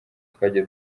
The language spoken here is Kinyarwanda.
twagiye